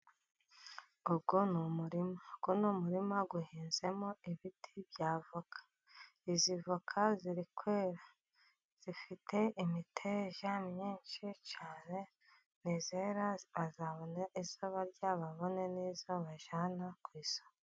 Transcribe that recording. Uwo ni umurima, uno muririma uhinzemo ibiti by'avoka izivoka ziri kwera, zifite imiteja myinshi cyane, nizera azabona izo barya abone nizo bajyana ku isoko.